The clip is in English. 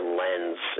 lens